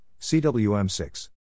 CWM6